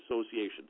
associations